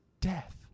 death